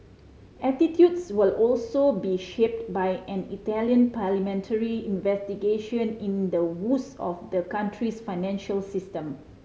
attitudes will also be shaped by an Italian parliamentary investigation into the woes of the country's financial system